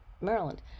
Maryland